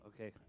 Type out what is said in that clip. okay